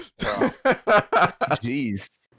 Jeez